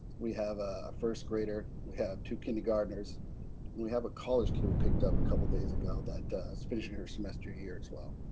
we have a first grader, we have two kindergartners and we have a college kid we picked up a couple of days ago that is finishing her semester here as well.